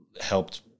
helped